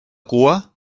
cua